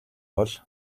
бол